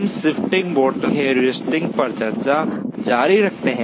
हम shifting bottleneck heuristic पर चर्चा जारी रखते हैं